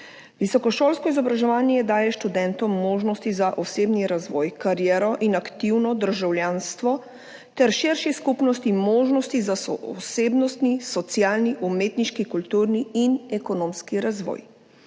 Visokošolsko izobraževanje daje študentom možnosti za osebni razvoj, kariero in aktivno državljanstvo ter širši skupnosti možnosti za osebnostni, socialni, umetniški, kulturni in ekonomski razvoj.